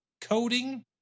coding